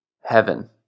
Heaven